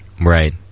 Right